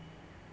对 lor 对